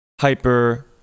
hyper